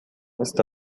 está